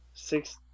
six